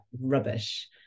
rubbish